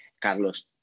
Carlos